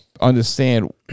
understand